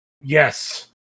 Yes